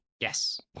Yes